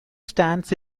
stands